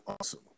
awesome